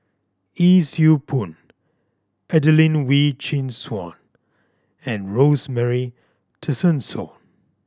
Yee Siew Pun Adelene Wee Chin Suan and Rosemary Tessensohn